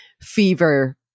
fever